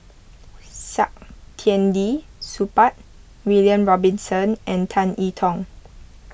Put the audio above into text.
Saktiandi Supaat William Robinson and Tan I Tong